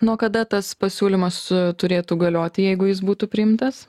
nuo kada tas pasiūlymas su turėtų galioti jeigu jis būtų priimtas